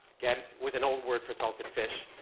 and was an old word for salted fish.